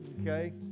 okay